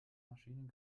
maschinen